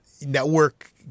network